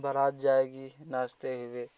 बारात जाएगी नाचते हुए